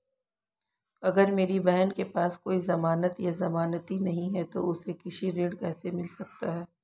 अगर मेरी बहन के पास कोई जमानत या जमानती नहीं है तो उसे कृषि ऋण कैसे मिल सकता है?